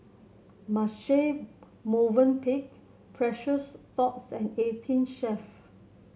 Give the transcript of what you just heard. Marche Movenpick Precious Thots and Eighteen Chef